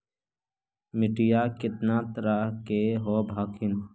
मिट्टीया कितना तरह के होब हखिन?